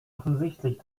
offensichtlich